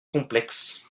complexe